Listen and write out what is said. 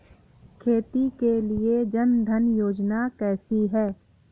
खेती के लिए जन धन योजना कैसी है?